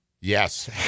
Yes